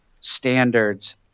standards